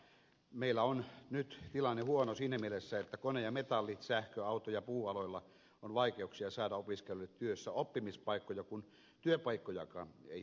meillä on nyt tilanne huono siinä mielessä että kone ja metalli sähkö auto ja puualoilla on vaikeuksia saada opiskelijoille työssäoppimispaikkoja kun työpaikkojakaan ei ole